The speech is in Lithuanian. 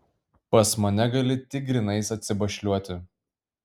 pas mane gali tik grynais atsibašliuoti